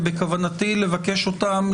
ובכוונתי לבקש אותם,